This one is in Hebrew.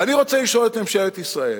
ואני רוצה לשאול את ממשלת ישראל,